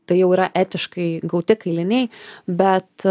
tai jau yra etiškai gauti kailiniai bet